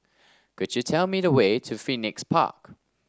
could you tell me the way to Phoenix Park